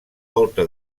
volta